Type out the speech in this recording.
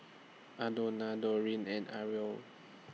Aldona Doreen and Irl